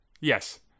Yes